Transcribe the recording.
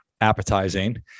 appetizing